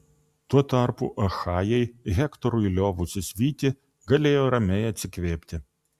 tuo tarpu achajai hektorui liovusis vyti galėjo ramiai atsikvėpti